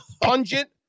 pungent